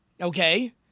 Okay